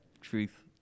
truth